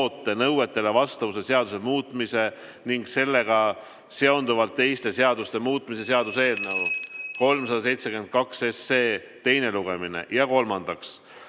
nõuetele vastavuse seaduse muutmise ning sellega seonduvalt teiste seaduste muutmise seaduse eelnõu 372 teine lugemine. Kolmandaks,